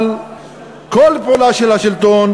על כל פעולה של השלטון,